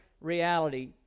reality